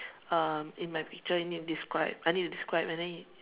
um in my picture you need to describe I need to describe and then